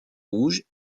rouges